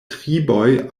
triboj